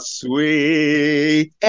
sweet